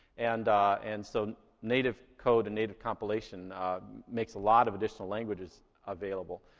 and and so native code and native compilation makes a lot of additional languages available.